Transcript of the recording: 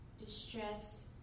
distress